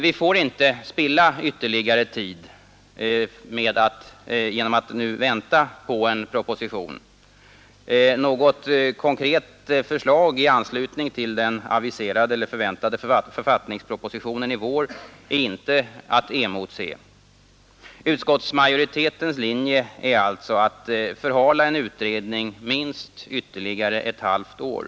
Vi får inte spilla ytterligare tid genom att nu vänta på en proposition. Något konkret förslag i anslutning till författningspropositionen i vår är inte att emotse. Utskottsmajoritetens linje är alltså att förhala en Onsdagen den utredning i ytterligare minst ett halvt år.